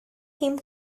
him